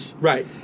Right